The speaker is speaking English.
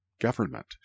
government